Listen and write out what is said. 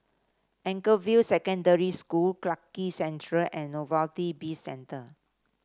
Anchorvale Secondary School Clarke Quay Central and Novelty Bizcentre